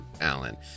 alan